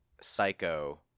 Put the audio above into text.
psycho